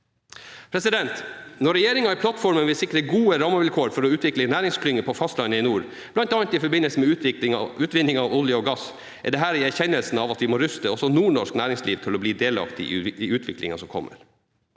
sikres. Når regjeringen i plattformen vil sikre gode rammevilkår for å utvikle næringsklynger på fastlandet i nord, bl.a. i forbindelse med utvinning av olje og gass, er dette i erkjennelsen av at vi må ruste også nordnorsk næringsliv til å bli delaktig i utviklingen som kommer.